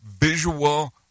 visual